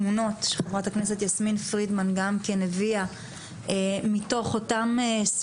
ם כדי להוריד בהדרגתיות את המשלוחים החיים ולמצוא את האלטרנטיבה